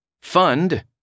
fund